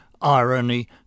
irony